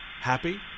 Happy